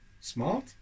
Smart